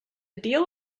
deal